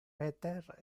peter